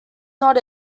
not